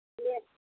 yes